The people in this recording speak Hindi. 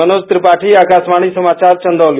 मनोज त्रिपाठी आकाशवाणी समाचार चंतेली